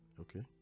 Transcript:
okay